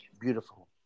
beautiful